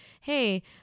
Hey